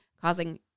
causing